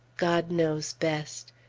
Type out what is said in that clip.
god knows best.